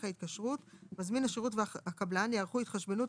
ההתקשרות 8. מזמין השירות והקבלן יערכו התחשבנות,